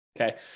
okay